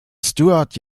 stewart